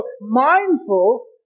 mindful